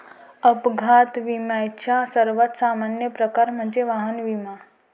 अपघात विम्याचा सर्वात सामान्य प्रकार म्हणजे वाहन विमा